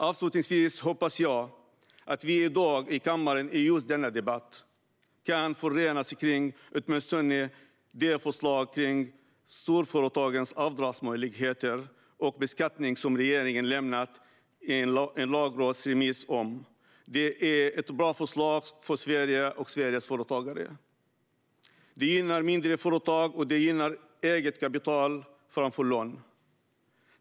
Avslutningsvis hoppas jag att vi i dag i kammaren i just denna debatt kan förenas kring åtminstone det förslag om storföretagens avdragsmöjligheter och beskattning som regeringen lämnat en lagrådsremiss om. Det är ett bra förslag för Sverige och Sveriges företagare. Det gynnar mindre företag, och det gynnar eget kapital framför lån.